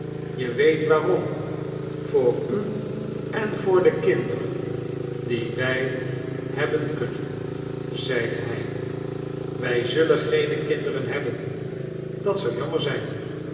je weet waarom voor u en voor de kinderen die wij hebben kunnen zeide hij wij zullen geene kinderen hebben dat zou jammer zijn